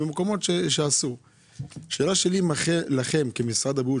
האם משרד הבריאות,